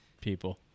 people